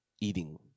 eating